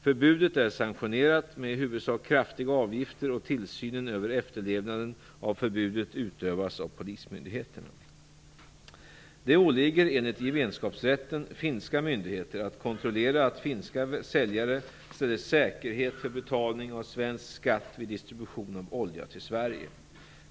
Förbudet är sanktionerat med i huvudsak kraftiga avgifter, och tillsynen över efterlevnaden av förbudet utövas av polismyndigheterna. Det åligger enligt gemenskapsrätten finska myndigheter att kontrollera att finska säljare ställer säkerhet för betalning av svensk skatt vid distribution av olja till Sverige.